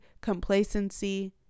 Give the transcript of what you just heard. complacency